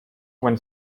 when